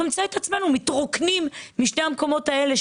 נמצא את עצמנו מתרוקנים משני המקומות האלה,